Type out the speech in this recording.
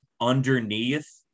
underneath